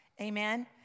Amen